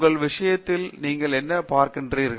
உங்கள் விஷயத்தில் நீங்கள் என்ன பார்க்கிறீர்கள்